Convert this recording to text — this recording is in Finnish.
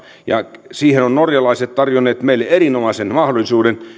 ja siihen ovat norjalaiset tarjonneet meille erinomaisen mahdollisuuden